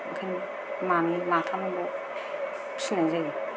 ओंखायनो मानै माथामल' फिसिनाय जायो